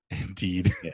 Indeed